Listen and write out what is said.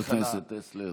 חבר הכנסת טסלר,